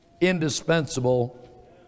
indispensable